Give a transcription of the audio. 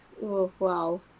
wow